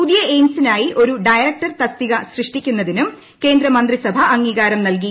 പുതിയ എയിംസിനായി ഒരു ഡയറക്ടർ തസ്തിക സൃഷ്ടിക്കുന്നതിനും കേന്ദ്ര മന്ത്രിസഭ അംഗീകാരം നൽകി